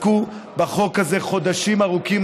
שעסקו בחוק הזה חודשים ארוכים,